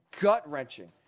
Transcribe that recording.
gut-wrenching